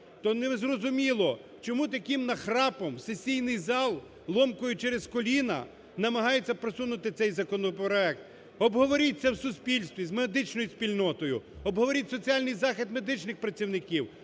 то не зрозуміло, чому таким нахрапом сесійний зал, ломкою через коліно намагається просунути цей законопроект. Обговоріть це в суспільстві, з медичною спільнотою, обговоріть соціальний захист медичних працівників,